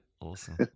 awesome